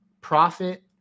Profit